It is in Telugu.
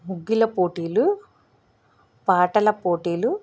ముగ్గుల పోటీలు పాటల పోటీలు